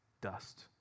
dust